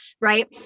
right